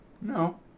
No